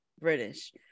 british